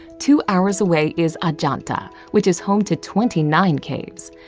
two hours away is ajanta, which is home to twenty nine caves.